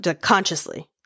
consciously